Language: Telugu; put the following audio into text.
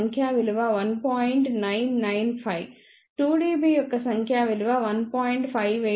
995 2 dB యొక్క సంఖ్యా విలువ 1